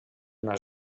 una